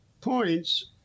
points—